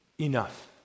enough